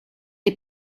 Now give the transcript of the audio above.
les